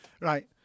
Right